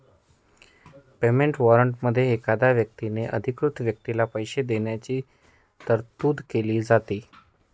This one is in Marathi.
पेमेंट वॉरंटमध्ये एखाद्या व्यक्तीने अधिकृत व्यक्तीला पैसे देण्याची तरतूद केली जाते